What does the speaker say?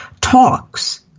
talks